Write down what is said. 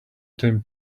tim